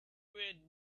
red